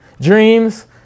Dreams